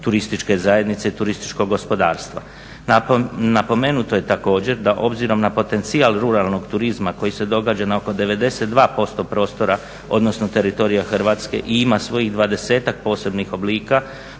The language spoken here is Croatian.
turističke zajednice i turističkog gospodarstva. Napomenuto je također da obzirom na potencijal ruralnog turizma koji se događa na oko 92% prostora, odnosno teritorija Hrvatske i ima svojih 20-tak posebnih oblika